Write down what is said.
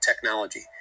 technology